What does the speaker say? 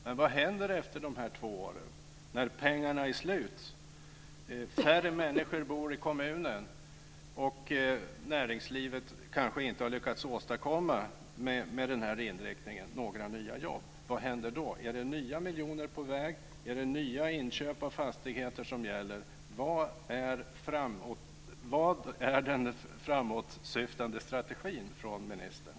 Men vad händer efter de här två åren när pengarna är slut, färre människor bor i kommunen och näringslivet kanske inte med den här inriktningen har lyckats åstadkomma några nya jobb? Vad händer då? Är det nya miljoner på väg? Är det nya inköp av fastigheter som gäller? Vad är den framåtsyftande strategin från ministern?